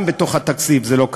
גם בתוך התקציב זה לא קרה.